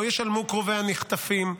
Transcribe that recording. לא ישלמו קרובי הנחטפים,